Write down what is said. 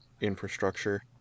infrastructure